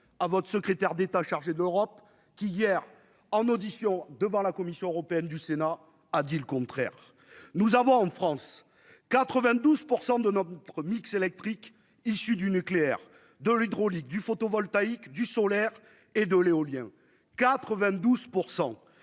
à votre secrétaire d'État chargé de l'Europe qui hier en audition devant la commission européenne du Sénat, a dit le contraire, nous avons en France 92 % de notre mix électrique issue du nucléaire de l'hydraulique du photovoltaïque du solaire et de l'éolien 92